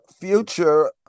future